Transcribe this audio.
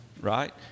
right